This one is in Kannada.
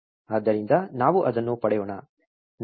ಆದ್ದರಿಂದ ನಾವು ಅದನ್ನು ಪಡೆಯೋಣ